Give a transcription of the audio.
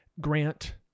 grant